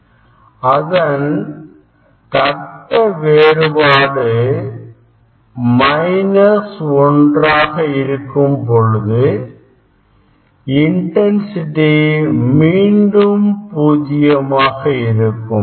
அதனுடைய கட்ட வேறுபாடு மைனஸ் ஒன்றாக இருக்கும்பொழுது இன்டன்சிடி மீண்டும் பூஜ்ஜியமாக இருக்கும்